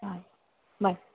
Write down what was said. ಆಂ ಬಾಯ್